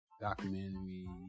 documentary